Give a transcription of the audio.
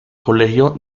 colegio